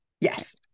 Yes